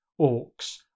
Orcs